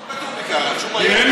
לא כתוב בקעה, רשום, כי אין